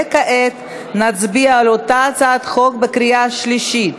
כעת נצביע על אותה הצעת חוק בקריאה שלישית.